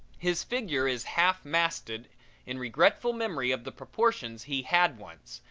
his figure is half-masted in regretful memory of the proportions he had once,